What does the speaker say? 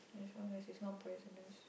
as long as it's not poisonous